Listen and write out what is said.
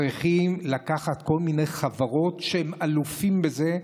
צריכים לקחת כל מיני חברות שהן אלופות בזה,